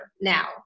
now